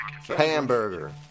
hamburger